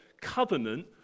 covenant